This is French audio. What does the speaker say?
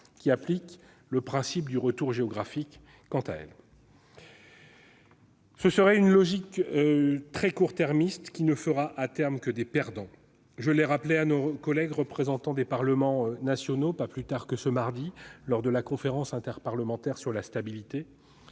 qui applique le principe du retour géographique ? Ce serait une logique court-termiste qui ne ferait à terme que des perdants. Je l'ai rappelé à nos collègues représentants des parlements nationaux pas plus tard que ce mardi, lors de la conférence interparlementaire sur la stabilité,